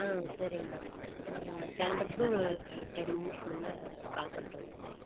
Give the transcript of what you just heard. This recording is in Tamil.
ஆ சரிங்கம்மா நாங்கள் கிளம்பறத்துக்கு ஒரு டென் மினிட்ஸ் முன்னே கால் பண்ணுறோங்க